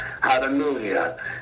Hallelujah